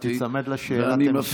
אבל תיצמד לשאלת המשך.